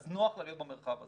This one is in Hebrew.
אז נוח לה להיות במרחב הזה.